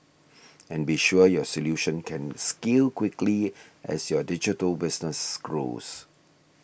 and be sure your solution can scale quickly as your digital business grows